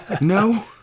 No